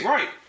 Right